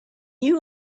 you